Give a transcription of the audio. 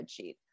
spreadsheet